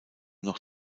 noch